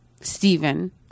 Stephen